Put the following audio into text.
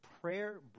prayer